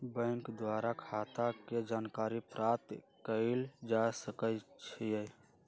bank द्वारा खता के जानकारी प्राप्त कएल जा सकइ छइ